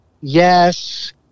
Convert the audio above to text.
Yes